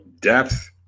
depth